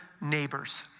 neighbors